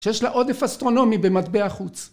שיש לה עודף אסטרונומי במטבע החוץ